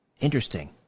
interesting